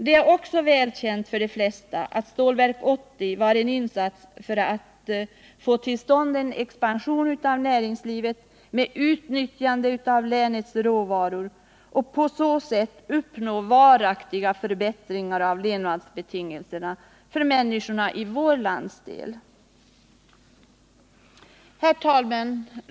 De flesta känner också till att Stålverk 80 tillkom för att få till stånd en expansion av näringslivet med utnyttjande av länets råvaror för att på så sätt uppnå varaktiga förbättringar av levnadsbetingelserna för människorna i vår landsdel. Herr talman!